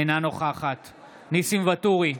אינה נוכחת ניסים ואטורי,